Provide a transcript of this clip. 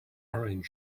orange